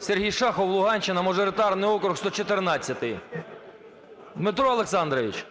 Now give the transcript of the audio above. Сергій Шахов, Луганщина, мажоритарний округ 114. Дмитро Олександрович,